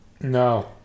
No